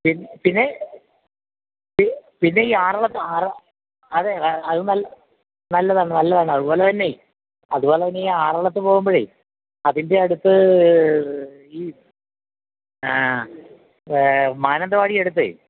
പിന്നെ പിന്നെ ഈ ആറളത്ത് അതേ അത് നല്ലതാണ് നല്ലതാണ് അതുപോലെ തന്നെ അതുപോലെ തന്നെ ഈ ആറളത്ത് പോവുമ്പോഴേ അതിൻ്റെ അടുത്ത് ഈ മാനന്തവാടി അടുത്ത